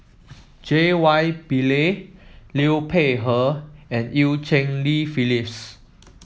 J Y Pillay Liu Peihe and Eu Cheng Li Phyllis